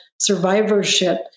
survivorship